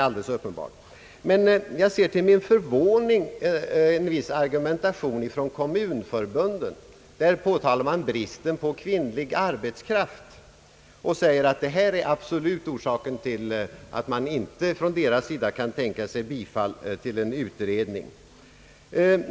Till min förvåning ser jag en viss argumentation från kommunförbunden. Där påtalar man bristen på kvinnlig arbetskraft och säger att detta är orsaken till att man inte från deras sida kan tänka sig att biträda förslaget om en utredning.